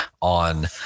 on